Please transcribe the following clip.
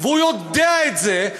והוא יודע את זה.